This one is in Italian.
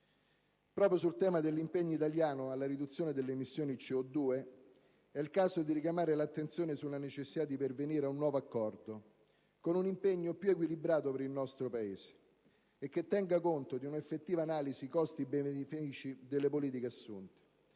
Proprio sul tema dell'impegno italiano alla riduzione delle emissioni di C02 è il caso di richiamare l'attenzione sulla necessità di pervenire a un nuovo accordo, con un impegno più equilibrato per il nostro Paese, che tenga conto di una effettiva analisi costi-benefici delle politiche assunte.